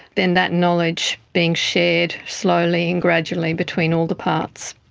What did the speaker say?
then that knowledge being shared slowly and gradually between all the parts.